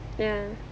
ya